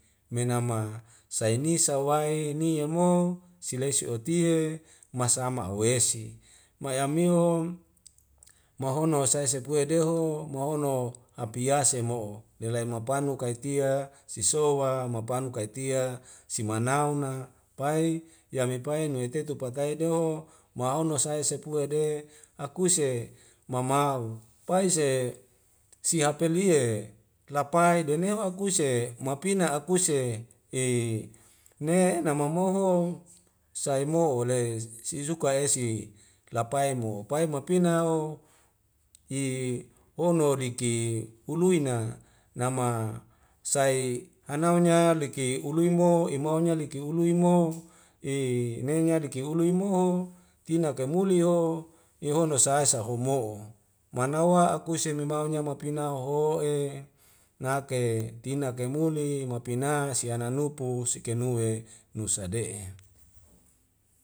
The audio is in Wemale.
Menama saini sawai nie mo silesi'otie masama uwesi mayamio mahono asai sepue deho mahono hapiase mo'o lelai mapanu kaitia sisowa mapanu kaitia simanau na pai yami pae metetu pakai deho mahono sai sepue de akuse mamau paise sihapelie lapai deneu akuse mapina akuse e ne namomoho saimo'o le siusuka esi lapai mo pai mapina o i hono diki uluina nama sai hanaunya liki uluimo i nenya diki ului i mo tina kaimuli o ihono sae sa'homo'o manawa akuse memaunya mapina hoho'e nake tina kai muli mapina siana lup pus sikenue nusa de'e